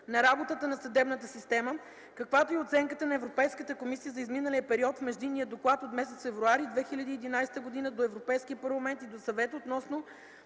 на работата на съдебната система, каквато е и оценката на Европейската комисия за изминалия период в Междинния доклад от месец февруари 2011 г. до Европейския парламент и до Съвета, относно